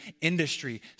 industry